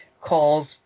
calls